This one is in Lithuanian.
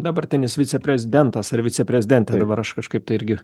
dabartinis viceprezidentas ar viceprezidentė dabar aš kažkaip tai irgi